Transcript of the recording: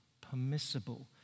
permissible